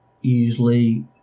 usually